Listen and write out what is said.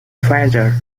treasure